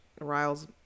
riles